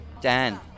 dan